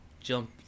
jump